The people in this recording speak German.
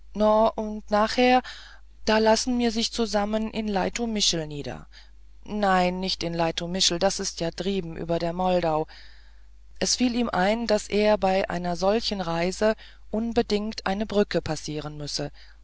und nachher da lassen mir sich zusammen in leitomischl nieder nein nicht in leitomischl das is ja drieben über der moldau es fiel ihm ein daß er bei einer solchen reise unbedingt eine brücke passieren müsse